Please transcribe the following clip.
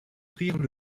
prirent